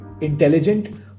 intelligent